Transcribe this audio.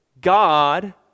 God